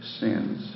sins